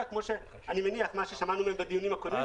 כמו שאני מניח יהיה כפי ששמענו מהם בדיונים הקודמים.